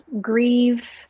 Grieve